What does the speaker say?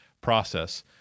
process